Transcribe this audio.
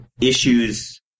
issues